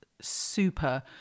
super